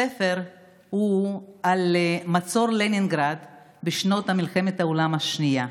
הספר הוא על מצור לנינגרד בשנות מלחמת העולם השנייה,